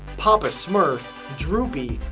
papa smurf, droopy,